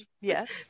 Yes